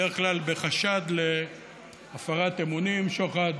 בדרך כלל בחשד להפרת אמונים, שוחד.